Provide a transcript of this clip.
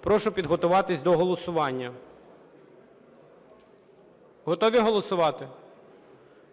Прошу підготуватись до голосування. Готові голосувати?